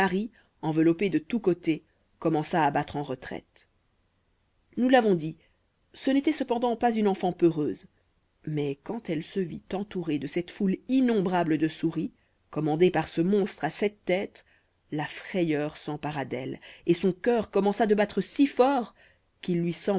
enveloppée de tous côtés commença à battre en retraite nous l'avons dit ce n'était cependant pas une enfant peureuse mais quand elle se vit entourée de cette foule innombrable de souris commandée par ce monstre à sept têtes la frayeur s'empara d'elle et son cœur commença de battre si fort qu'il lui